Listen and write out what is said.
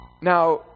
Now